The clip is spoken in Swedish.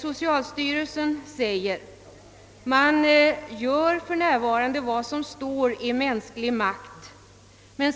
Socialstyrelsen säger, att man för närvarande gör vad som står i mänsklig makt, men